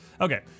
Okay